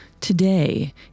Today